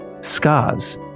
scars